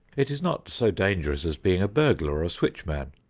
it is not so dangerous as being a burglar or a switchman,